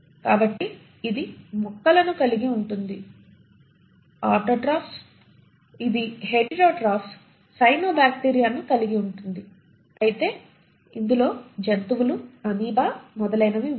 కాబట్టి ఇది ఆటోట్రోఫ్స్ మొక్కలను కలిగి ఉంటుంది ఇది హెటెరోట్రోఫ్స్ సైనోబాక్టీరియాను కలిగి ఉంటుంది అయితే ఇందులో జంతువులు అమీబా మొదలైనవి ఉంటాయి